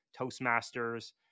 toastmasters